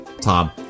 Tom